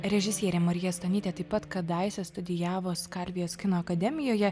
režisierė marija stonytė taip pat kadaise studijavo skalvijos kino akademijoje